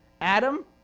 Adam